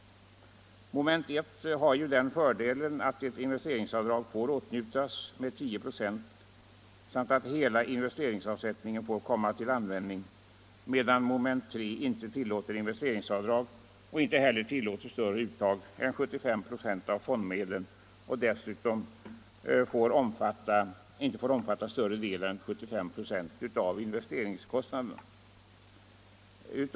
Mom. 1 har ju den fördelen att ett investeringsavdrag på 10 96 får åtnjutas samt att hela investeringsavsättningen får komma till användning, medan mom. 3 inte tillåter investeringsavdrag och inte heller tillåter större uttag än 75 96 av fond 31 medlen och dessutom inte får omfatta större del än 75 96 av investeringskostnaderna.